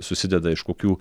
susideda iš kokių